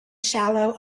shallow